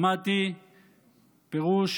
שמעתי פירוש